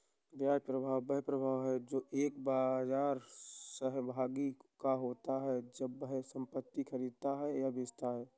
बाजार प्रभाव वह प्रभाव है जो एक बाजार सहभागी का होता है जब वह संपत्ति खरीदता या बेचता है